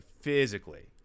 physically